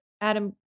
Adam